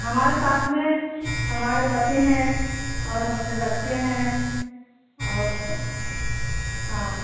हमारे साथ में हमारे पति हैं और हमारे बच्चे हैं और हाँ